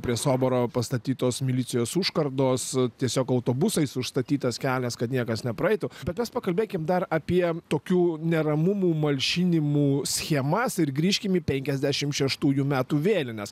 prie soboro pastatytos milicijos užkardos tiesiog autobusais užstatytas kelias kad niekas nepraeitų bet mes pakalbėkim dar apie tokių neramumų malšinimų schemas ir grįžkim į penkiasdešimt šeštųjų metų vėlines